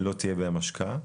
לא תהיה להם השקעה.